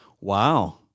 Wow